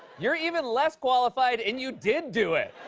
you're even less qualified, and you did do it.